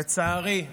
לצערי,